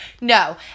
No